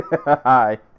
Hi